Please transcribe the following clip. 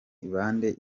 bande